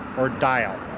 or dial.